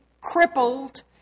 crippled